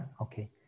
Okay